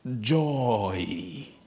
Joy